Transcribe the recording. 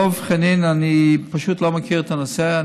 דב חנין, אני פשוט לא מכיר את הנושא.